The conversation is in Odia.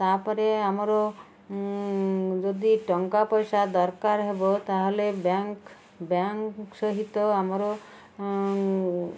ତା'ପରେ ଆମର ଯଦି ଟଙ୍କା ପଇସା ଦରକାର ହେବ ତା'ହେଲେ ବ୍ୟାଙ୍କ୍ ବ୍ୟାଙ୍କ୍ ସହିତ ଆମର